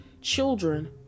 children